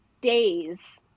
days